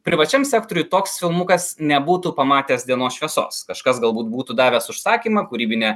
privačiam sektoriuj toks filmukas nebūtų pamatęs dienos šviesos kažkas galbūt būtų davęs užsakymą kūrybinė